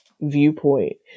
viewpoint